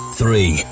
three